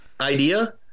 idea